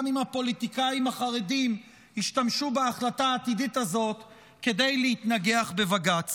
גם אם הפוליטיקאים החרדים ישתמשו בהחלטה העתידית הזאת כדי להתנגח בבג"ץ.